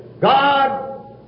God